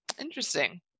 Interesting